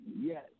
Yes